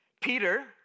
Peter